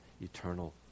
eternal